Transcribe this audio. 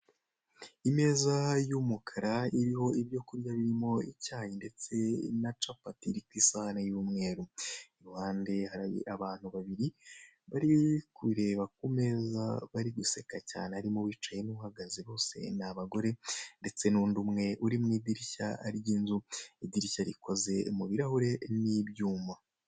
Imeza y'umukara, iriho ibyo kurya birimo icyayi ndetse na capati iri ku isahane y'umweru. Iruhande hari abantu babairi bari kureba ku meza, bari guseka cyane, harimo uwicaye n'uhagaze, bose ni bagore, ndetse n'undi umwe uri mu idirishya ry'inzu. Idirishya rikoze mu birahure n'ibyuma.